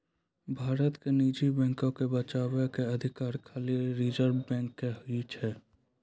भारत मे निजी बैको के बचाबै के अधिकार खाली रिजर्व बैंक के ही छै